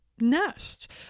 Nest